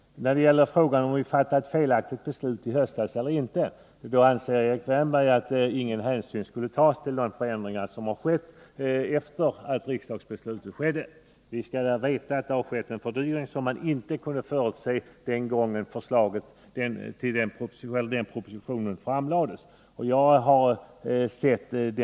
Sedan till frågan om huruvida vi fattade ett felaktigt beslut i höstas eller inte. Erik Wärnberg anser att hänsyn inte skall tas till de förändringar som skett efter det att riksdagen fattat beslutet. Men vi måste här komma ihåg att det har skett en fördyring som man inte kunde förutse då propositionen framlades i november.